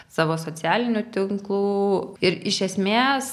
savo socialinių tinklų ir iš esmės